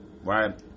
right